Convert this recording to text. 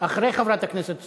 אחרי חברת הכנסת סטרוק.